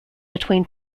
between